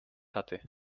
hatte